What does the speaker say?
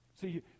See